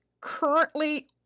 currently